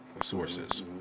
sources